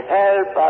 help